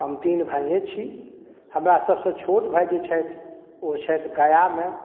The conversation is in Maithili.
हम तीन भाइए छी हमरा सबसँ छोट भाय जे छथि ओ छथि गयामे